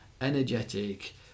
Energetic